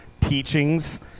teachings